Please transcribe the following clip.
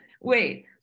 wait